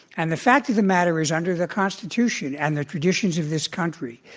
and the fact of the matter is, under the constitution and the traditions of this country,